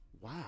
wow